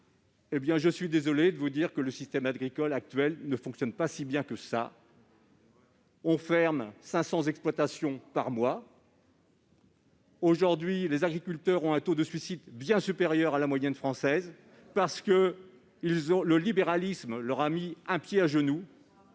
Je suis désolé de vous dire que le système agricole actuel ne fonctionne pas si bien que cela. Aujourd'hui, on ferme 500 exploitations chaque mois, les agriculteurs ont un taux de suicide bien supérieur à la moyenne française, parce que le libéralisme leur a mis un genou